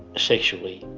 sexually.